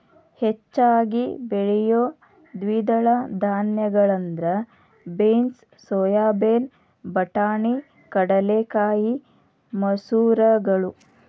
ಹೆಚ್ಚಾಗಿ ಬೆಳಿಯೋ ದ್ವಿದಳ ಧಾನ್ಯಗಳಂದ್ರ ಬೇನ್ಸ್, ಸೋಯಾಬೇನ್, ಬಟಾಣಿ, ಕಡಲೆಕಾಯಿ, ಮಸೂರಗಳು